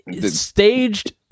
Staged